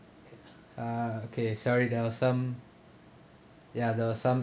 uh okay sorry there are some ya there are some